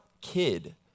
kid